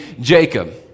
Jacob